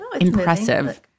impressive